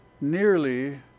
nearly